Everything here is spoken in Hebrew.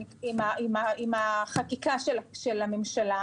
החקיקה של הממשלה,